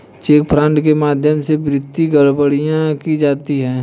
check fraud के माध्यम से वित्तीय गड़बड़ियां की जाती हैं